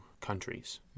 countries